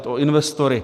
O investory.